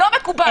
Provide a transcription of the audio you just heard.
לא מקובל.